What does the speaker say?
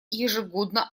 ежегодно